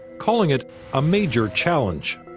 calling it a major challenge.